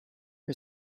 her